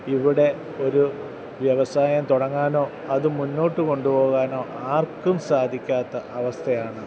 ഇവിടെ ഒരു വ്യവസായം തുടങ്ങാനോ അത് മുന്നോട്ട് കൊണ്ടുപോകാനോ ആർക്കും സാധിക്കാത്ത അവസ്ഥയാണ്